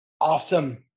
awesome